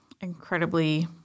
incredibly